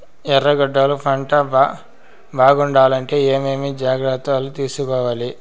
ఎర్రగడ్డలు పంట బాగుండాలంటే ఏమేమి జాగ్రత్తలు తీసుకొవాలి?